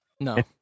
No